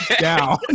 down